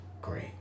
great